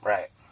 Right